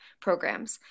programs